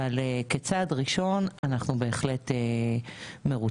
אבל כצעד ראשון אנחנו בהחלט מרוצים.